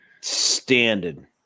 standard